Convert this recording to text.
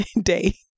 day